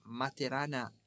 Materana